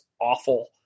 awful